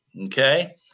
okay